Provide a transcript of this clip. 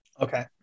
Okay